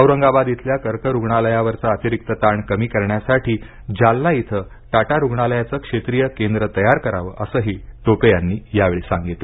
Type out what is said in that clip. औरंगाबाद इथल्या कर्क रुग्णालयावरचा अतिरीक्त ताण कमी करण्यासाठी जालना इथं टाटा रुग्णालयाचं क्षेत्रीय केंद्र तयार करावं असंही टोपे यांनी यावेळी सांगितलं